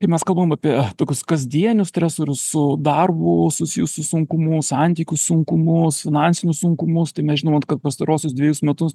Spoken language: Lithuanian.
kai mes kalbam apie tokius kasdienius stresorius su darbu susijusius sunkumus santykių sunkumus finansinius sunkumus tai mes žinom vat kad pastaruosius dvejus metus